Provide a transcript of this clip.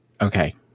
Okay